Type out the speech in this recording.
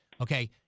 Okay